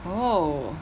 oh